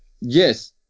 yes